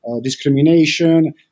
discrimination